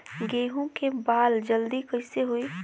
गेहूँ के बाल जल्दी कईसे होई?